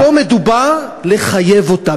אז פה מדובר על לחייב אותם.